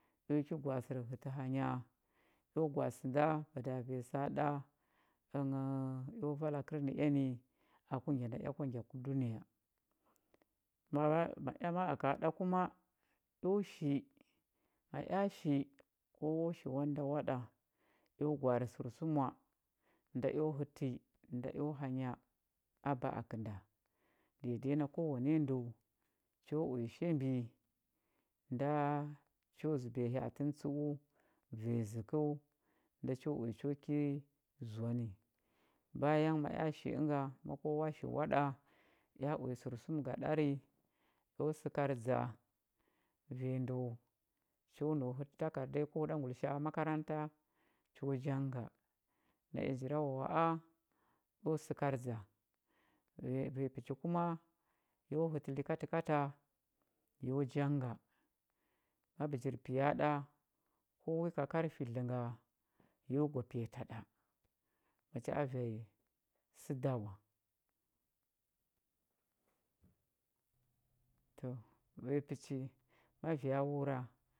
Eo ki gwa a sər hətə hanya eo gwa a sə nda mada vanya səa ɗa ənghəu eo vala kərnəea ni aku ngya nda ea kwa ngya ku dunəya ma ea ma aka ɗa kuma eo shi ma ea shi kowo shi waɗənda waɗa eo gwa arə sərsuma nda eo həti nda eo hanya aba akə nda dede na kowane ndə cho uya shambi da cho zəbiya hya atə nə tsəu vanya zəkəu nda cho uya cho ki zoa ni bayan ma ea shi ənga kowa shi waɗa ea uya ərsum ga ɗari eo səkardza vanya ndəu cho nau hətə takarda nyi ku huɗa ngulisha a makaranta cho janga naea njirawawa a eo səkardza vanya pəchi kuma yo hətə likatəkata yo janga ma bəjir piya ɗa ko i ka karfi dlə nga yo gwa piyata ɗa macha a vanya sə da wa to vanya pəchi ma vya wura,